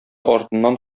артыннан